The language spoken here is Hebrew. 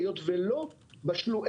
היות ולא בשלו,